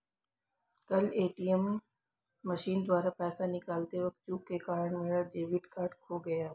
कल ATM machine द्वारा पैसे निकालते वक़्त चूक के कारण मेरा डेबिट कार्ड खो गया